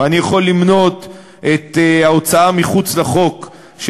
ואני יכול למנות את ההוצאה אל מחוץ לחוק של